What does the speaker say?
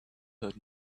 heard